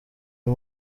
uyu